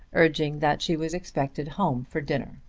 urging that she was expected home for dinner.